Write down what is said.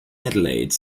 adelaide